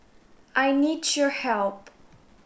I need your help